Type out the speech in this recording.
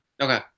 Okay